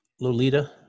Lolita